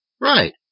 Right